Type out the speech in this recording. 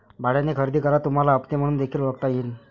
भाड्याने खरेदी करा तुम्हाला हप्ते म्हणून देखील ओळखता येईल